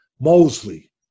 Mosley